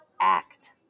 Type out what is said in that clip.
act